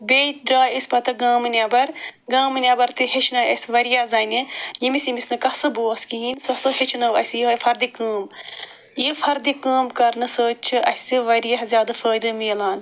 بیٚیہِ درٛاے أسۍ پَتہٕ گامہٕ نیٚبَر گامہٕ نیٚبر تہِ ہیٚچھنایہِ اَسہِ واریاہ زَنہِ ییٚمِس ییٚمِس نہٕ قصب اوس کِہیٖنۍ سۄ سۄ ہیٚچھنٲو اَسہِ یِہوٚے فَردِ کٲم یہِ فَردِ کٲم کَرنہٕ سۭتۍ چھِ اَسہِ واریاہ زیادٕ فٲیدٕ مِلان